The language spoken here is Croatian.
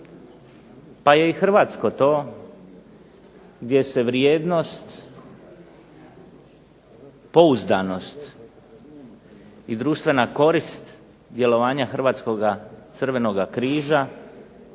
pa je i hrvatsko to gdje se vrijednost pouzdanost i društvena korist djelovanja Hrvatskoga Crvenoga križa